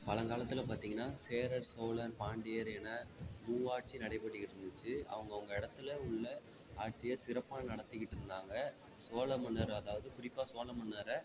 பழங்காலத்துல பார்த்தீங்கன்னா சேரர் சோழர் பாண்டியர் என மூவாட்சி நடைபெற்றுகிட்டிருந்துச்சி அவுங்கவங்க இடத்துல உள்ள ஆட்சியை சிறப்பாக நடத்திக்கிட்டிருந்தாங்க சோழ மன்னர் அதாவது குறிப்பாக சோழ மன்னரை